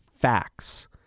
facts